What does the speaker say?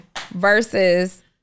Versus